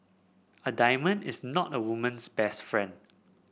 a diamond is not a woman's best friend